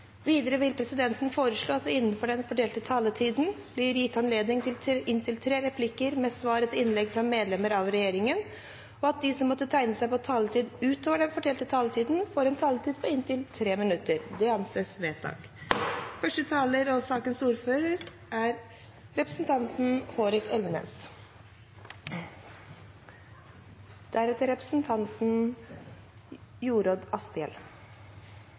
Videre vil presidenten foreslå at det – innenfor den fordelte taletid – blir gitt anledning til tre replikker med svar etter innlegg fra medlemmer av regjeringen, og at de som måtte tegne seg på talerlisten utover den fordelte taletid, får en taletid på inntil 3 minutter. – Det anses vedtatt.